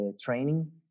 training